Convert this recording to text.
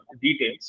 details